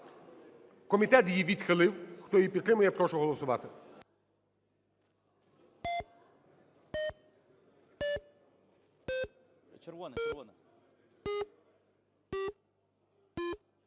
Комітет її відхилив. Хто її підтримує, я прошу голосувати.